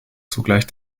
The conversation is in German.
zugleich